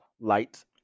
light